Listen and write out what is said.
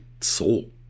soul